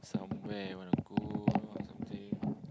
somewhere you wanna go or something